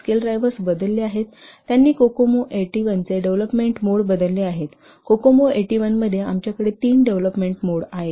scale drivers बदलले आहेत त्यांनी कोकोमो 81 81 चे डेव्हलपमेंट मोड बदलले आहेत कोकोमो 81 81 मध्ये आमच्याकडे तीन डेव्हलपमेंट मोड आहेत